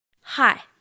Hi